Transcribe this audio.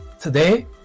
today